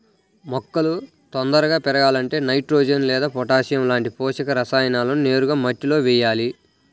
మొక్కలు తొందరగా పెరగాలంటే నైట్రోజెన్ లేదా పొటాషియం లాంటి పోషక రసాయనాలను నేరుగా మట్టిలో వెయ్యాలి